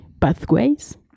pathways